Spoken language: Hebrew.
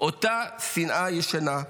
אותה שנאה ישנה,